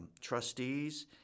trustees